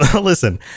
listen